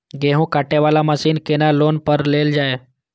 गेहूँ काटे वाला मशीन केना लोन पर लेल जाय?